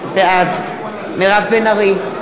בעד מירב בן ארי,